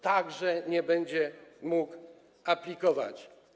Także nie będzie mógł aplikować.